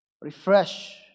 refresh